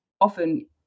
often